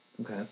Okay